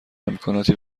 امکاناتی